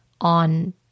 on